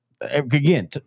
Again